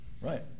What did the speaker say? Right